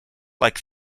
like